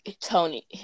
Tony